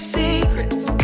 secrets